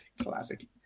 Classic